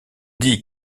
dit